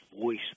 voice